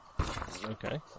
Okay